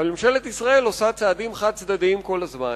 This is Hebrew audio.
אבל ממשלת ישראל עושה צעדים חד-צדדיים כל הזמן.